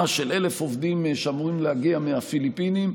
של 1,000 עובדים שאמורים להגיע מהפיליפינים.